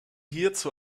hierzu